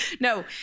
no